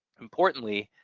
importantly,